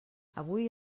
avui